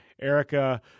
erica